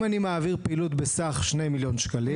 אם אני מעביר פעילות בסך 2 מיליון שקלים,